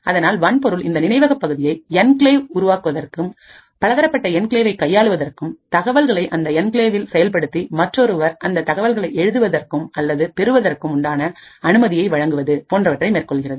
அதனால் வன்பொருள் இந்த நினைவக பகுதியை என்கிளேவ் உருவாக்குவதற்கும்பலதரப்பட்ட என்கிளேவை கையாளுவதற்கும்தகவல்களை அந்த என்கிளேவில் செயல்படுத்தி மற்றொருவர் அந்த தகவல்களை எழுதுவதற்கும் அல்லது பெறுவதற்கும் உண்டான அனுமதியை வழங்குவது போன்றவற்றை மேற்கொள்கின்றது